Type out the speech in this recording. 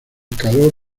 calor